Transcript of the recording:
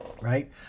Right